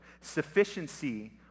Sufficiency